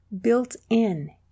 built-in